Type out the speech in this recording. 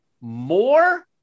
more –